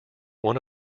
one